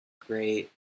great